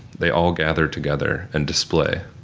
they all gather together and display.